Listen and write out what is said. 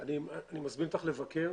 אני מזמין אותך לבקר.